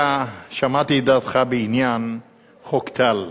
שמעתי את דעתך בעניין חוק טל.